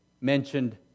mentioned